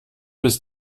bis